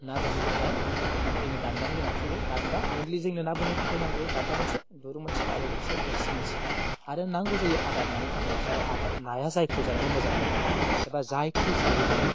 ना बोननो थाखाय जोङो दान्दानि गोनांथि जायो दान्दा मेइनलि जोंनो ना बोननो थाखाय नांगौ दान्दा मोनसे दुरुं मोनसे आरो लोगोसे बोरसि मोनसे आरो नांगौ जायो आदार नानि थाखाय जाय आदार नाया जायखौ जानानै मोजां मोनो एबा जायखौ जायो नाया